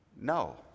no